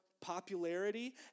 popularity